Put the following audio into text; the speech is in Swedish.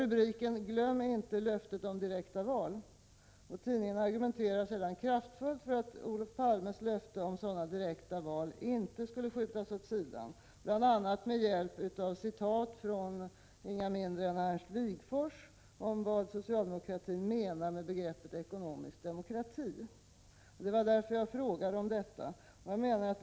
Rubriken löd: ”Glöm inte löftet om direkta val!” Tidningen argumenterar sedan kraftfullt för att Olof Palmes löfte om direkta val till fondernas styrelser inte skall skjutas åt sidan. Detta görs med hjälp av bl.a. citat av ingen mindre än Ernst Wigforss om vad socialdemokraterna menar med begreppet ekonomisk demokrati. Det var anledningen till att jag frågade om detta.